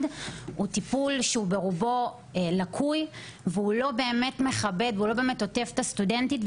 הוא ברובו לקוי ולא באמת מכבד ועוטף את הסטודנטים,